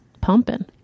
pumping